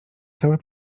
cały